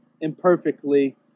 imperfectly